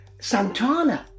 Santana